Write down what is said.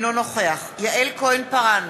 אינו נוכח יעל כהן-פארן,